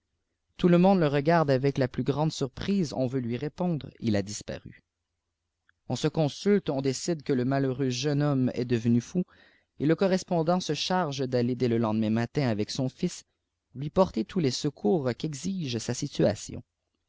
tout le monde te regarde avec la plus grande surprise on veut lui répondre il a disparu on se consulte on décide que le malheureilx jeune homme est devenu fou et le correspondant se charge d'aller dès le lendemain matin avec son fils lui porter tous les secours qu'exige sa situation